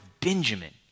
Benjamin